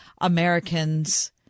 Americans